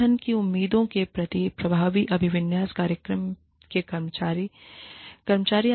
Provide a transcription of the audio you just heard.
संगठन की उम्मीदों के प्रति प्रभावी अभिविन्यास कार्यक्रम के कर्मचारी कर्मचारी